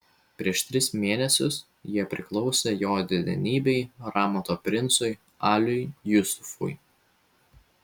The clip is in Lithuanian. prieš tris mėnesius jie priklausė jo didenybei ramato princui aliui jusufui